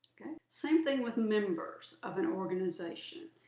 same thing with members of an organization.